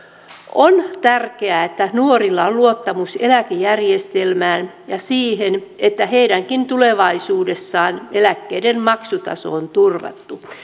on tärkeää että nuorilla on luottamus eläkejärjestelmään ja siihen että heidänkin tulevaisuudessaan eläkkeiden maksutaso on turvattu